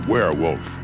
Werewolf